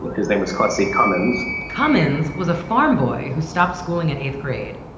his name was quincy cummins. cummins was a farm boy who stopped schooling at eighth grade.